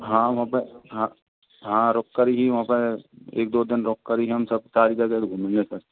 हाँ वहाँ पे हाँ रुक कर भी एक दो दिन रुक कर भी सब सारी जगह घूमेंगे सर